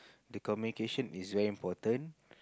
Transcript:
the communication is very important